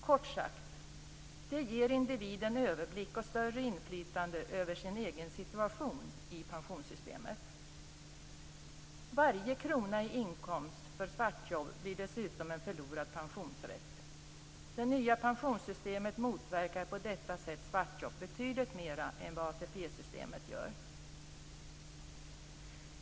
Kort sagt: det ger individen överblick och större inflytande över sin egen situation i pensionssystemet. Varje krona i inkomst för svartjobb blir dessutom en förlorad pensionsrätt. Det nya pensionssystemet motverkar på detta sätt svartjobb betydligt mer än vad ATP-systemet gör.